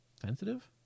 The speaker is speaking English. sensitive